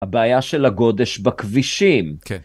הבעיה של הגודש בכבישים. כן.